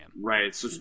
right